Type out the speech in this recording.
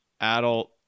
adult